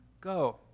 go